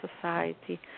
society